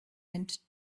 mint